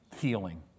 Healing